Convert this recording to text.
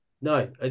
no